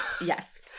Yes